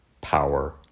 power